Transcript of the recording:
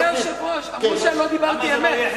אדוני היושב-ראש, אמרו שאני לא דיברתי אמת.